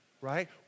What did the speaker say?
right